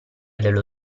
dello